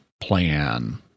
plan